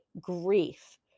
grief